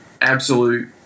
absolute